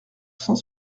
cent